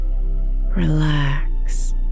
relax